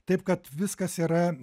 taip kad viskas yra